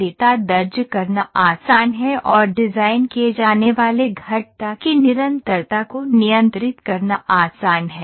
data दर्ज करना आसान है और डिज़ाइन किए जाने वाले वक्र की निरंतरता को नियंत्रित करना आसान है